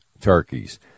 turkeys